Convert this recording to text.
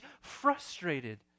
frustrated